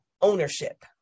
ownership